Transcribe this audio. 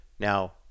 now